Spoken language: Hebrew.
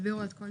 תסבירו עד כה.